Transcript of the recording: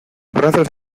brazos